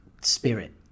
spirit